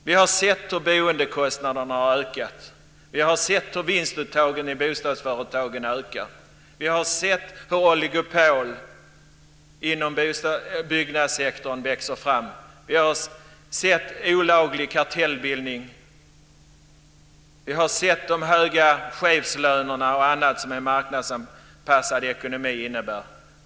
Vi har sett hur boendekostnaderna har ökat. Vi har sett hur vinstuttagen i bostadsföretagen ökar. Vi har sett hur oligopol inom byggnadssektorn växer fram. Vi har sett olaglig kartellbildning. Vi har sett de höga chefslönerna och annat som en marknadsanpassad ekonomi innebär.